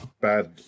Bad